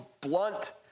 blunt